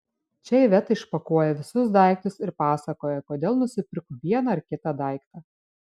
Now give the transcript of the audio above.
čia iveta išpakuoja visus daiktus ir pasakoja kodėl nusipirko vieną ar kitą daiktą